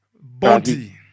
Bounty